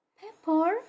pepper